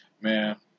Man